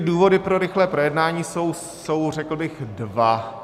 Důvody pro rychlé projednání jsou, řekl bych, dva.